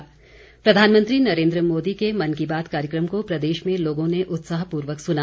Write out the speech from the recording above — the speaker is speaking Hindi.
प्रतिक्रिया प्रधानमंत्री नरेन्द्र मोदी के मन की बात कार्यक्रम को प्रदेश में लोगों ने उत्साहपूर्वक सुना